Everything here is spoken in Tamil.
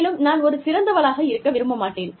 மேலும் நான் ஒரு சிறந்தவளாக இருக்க விரும்ப மாட்டேன்